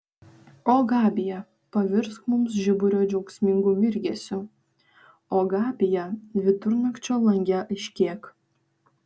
o gabija pavirsk mums žiburio džiaugsmingu mirgesiu o gabija vidurnakčio lange aiškėk